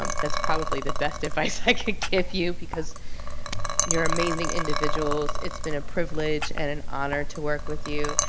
um that's probably the best advice i can give you because you're amazing individuals. it's been a privilege and an honor to work with you.